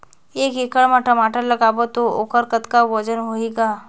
एक एकड़ म टमाटर लगाबो तो ओकर कतका वजन होही ग?